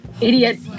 idiot